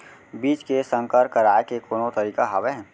बीज के संकर कराय के कोनो तरीका हावय?